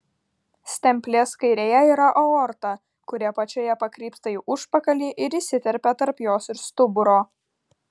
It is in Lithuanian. stemplės kairėje yra aorta kuri apačioje pakrypsta į užpakalį ir įsiterpia tarp jos ir stuburo